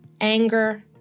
anger